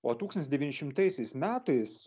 o tūkstantis devyni šimtaisiais metais